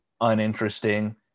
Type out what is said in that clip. uninteresting